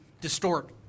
distort